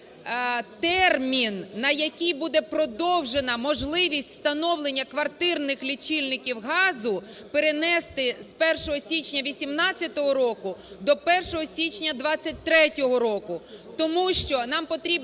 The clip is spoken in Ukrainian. термін, на який буде продовжена можливість встановлення квартирних лічильників газу, перенести з 1 січня 2018 року до 1 січня 2023 року.